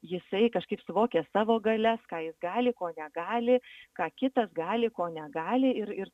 jisai kažkaip suvokia savo galias ką jis gali ko negali ką kitas gali ko negali ir ir